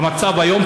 שהמצב היום,